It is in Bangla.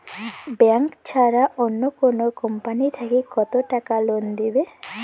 ব্যাংক ছাড়া অন্য কোনো কোম্পানি থাকি কত টাকা লোন দিবে?